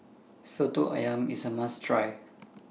Soto Ayam IS A must Try